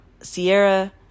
Sierra